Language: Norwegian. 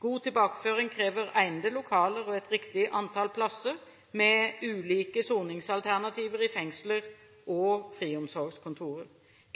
god tilbakeføring krever egnede lokaler og et riktig antall plasser med ulike soningsalternativer i fengsler og friomsorgskontorer.